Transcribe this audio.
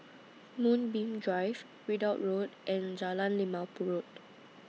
Moonbeam Drive Ridout Road and Jalan Limau Purut